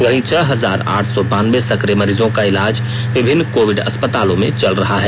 वहीं छह हजार आठ सौ बानबे सक्रिय मरीजों का इलाज विभिन्न कोविड़ अस्पतालों में चल रहा है